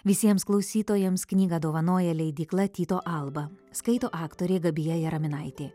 visiems klausytojams knygą dovanoja leidykla tyto alba skaito aktorė gabija jaraminaitė